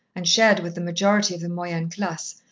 and shared with the majority of the moyenne classe,